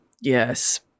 Yes